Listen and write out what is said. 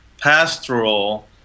pastoral